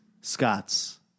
Scots